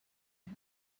him